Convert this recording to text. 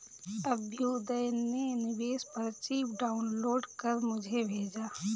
अभ्युदय ने निवेश पर्ची डाउनलोड कर मुझें भेजा